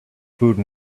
food